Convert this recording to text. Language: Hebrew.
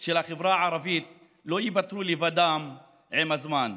של החברה הערבית לא ייפתרו לבדן עם הזמן,